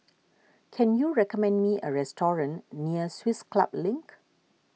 can you recommend me a restaurant near Swiss Club Link